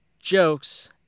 jokes